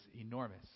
enormous